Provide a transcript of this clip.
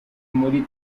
muri